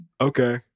okay